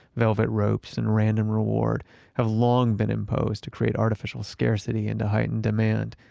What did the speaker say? velvet ropes and random reward have long been imposed to create artificial scarcity and to heighten demand,